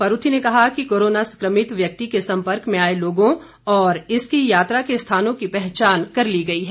परूथी ने कहा कि कोरोना संक्रमित व्यक्ति के सम्पर्क में आए लोगों और इसकी यात्रा के स्थानों की पहचान कर ली गई है